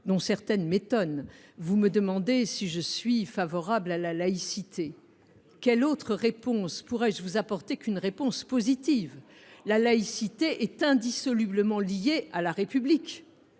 dont certaines m’étonnent. Vous me demandez si je suis favorable à la laïcité. Quelle autre réponse pourrais je vous apporter qu’une réponse positive ? La laïcité est indissolublement liée à la République.